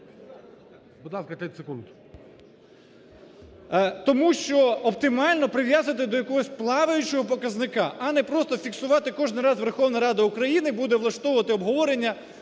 Тому що оптимально прив'язуєте до якогось "плаваючого" показника, а не просто фіксувати кожний раз. Верховна Рада України буде влаштовувати обговорення,